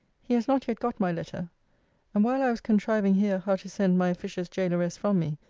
he has not yet got my letter and while i was contriving here how to send my officious gaoleress from me,